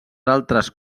altres